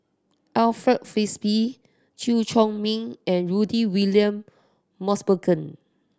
Alfred Frisby Chew Chor Meng and Rudy William Mosbergen